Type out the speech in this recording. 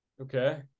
Okay